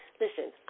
Listen